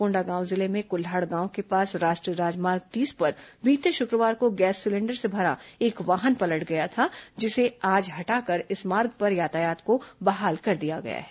कोंडागांव जिले में कुल्हाड़ गांव के पास राष्ट्रीय राजमार्ग तीस पर बीते शुक्रवार को गैस सिलेंडर से भरा एक वाहन पलट गया था जिसे आज हटाकर इस मार्ग पर यातायात को बहाल कर दिया गया है